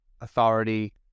authority